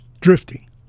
drifting